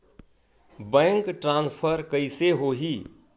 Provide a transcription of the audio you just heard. Bank transfer कइसे होही?